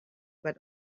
but